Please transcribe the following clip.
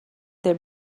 their